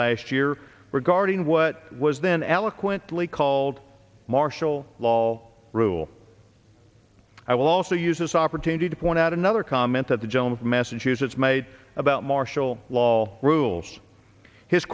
last year regarding what was then eloquently called martial law rule i will also use this opportunity to point out another comment that the gentleman from massachusetts made about martial law rules his